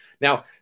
Now